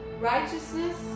Righteousness